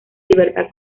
libertad